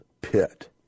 pit